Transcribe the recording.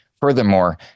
Furthermore